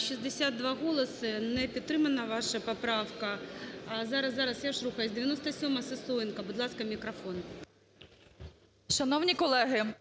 Шановні колеги,